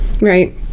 Right